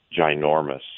ginormous